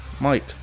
Mike